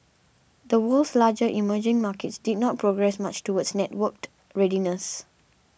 the world's larger emerging markets did not progress much towards networked readiness